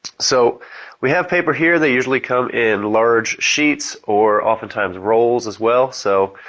so we have paper here that usually come in large sheets or often times rolls as well, so